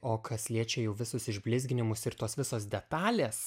o kas liečia jau visus išblizginimus ir tos visos detalės